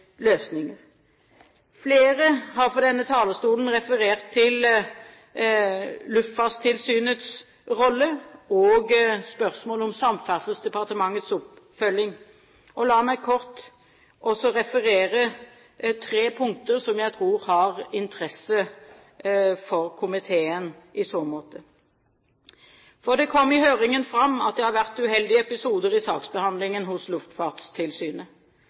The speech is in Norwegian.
løsninger. Flere har fra denne talerstolen referert til Luftfartstilsynets rolle og spørsmål om Samferdselsdepartementets oppfølging. La meg kort også referere tre punkter som jeg tror har interesse for komiteen i så måte: Det kom i høringen fram at det har vært uheldige episoder i saksbehandlingen hos Luftfartstilsynet.